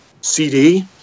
CD